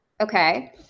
Okay